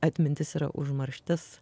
atmintis yra užmarštis